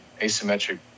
asymmetric